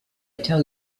tell